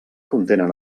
contenen